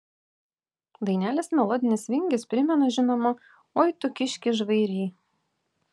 dainelės melodinis vingis primena žinomą oi tu kiški žvairy